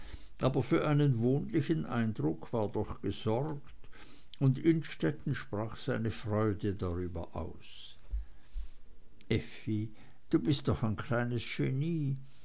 aber für einen wohnlichen eindruck war doch gesorgt und innstetten sprach seine freude darüber aus effi du bist doch ein kleines genie